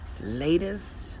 latest